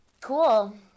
cool